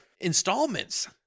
installments